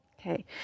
Okay